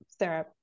Sarah